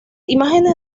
imágenes